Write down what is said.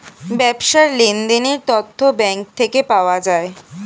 ব্যবসার লেনদেনের তথ্য ব্যাঙ্ক থেকে পাওয়া যায়